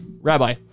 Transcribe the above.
Rabbi